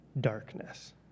darkness